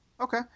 Okay